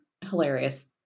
hilarious